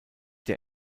der